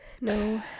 no